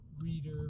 reader